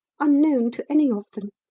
unknown to any of them.